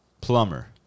plumber